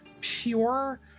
pure